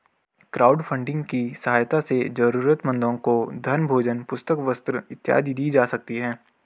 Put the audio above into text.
crowdfunding की सहायता से जरूरतमंदों को धन भोजन पुस्तक वस्त्र इत्यादि दी जा सकती है